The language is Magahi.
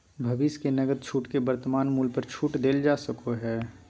भविष्य के नकद छूट के वर्तमान मूल्य पर छूट देल जा सको हइ